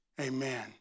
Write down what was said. amen